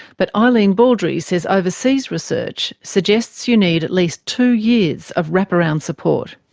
but eileen baldry says overseas research suggests you need at least two years of wrap-around support.